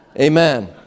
Amen